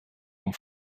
vom